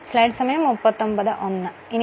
ഇതു മറ്റൊരു കാര്യമാണ്